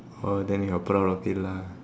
oh then you are proud of it lah